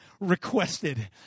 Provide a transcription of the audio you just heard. requested